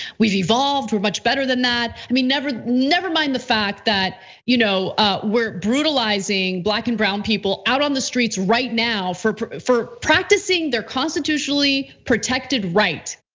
we've evolved. we're much better than that. i mean, never never mind the fact that you know ah we're brutalizing black and brown people out on the streets right now, for for practising their constitutionally protected right.